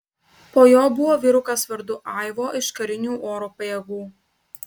po jo buvo vyrukas vardu aivo iš karinių oro pajėgų